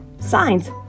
signs